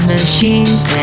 Machines